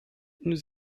nous